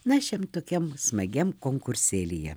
na šiam tokiam smagiam konkursėlyje